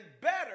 better